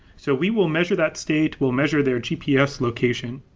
so we will measure that state. we'll measure their gps location,